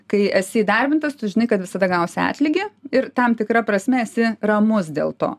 kai esi įdarbintas tu žinai kad visada gausi atlygį ir tam tikra prasme esi ramus dėl to